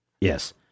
Yes